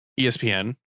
ESPN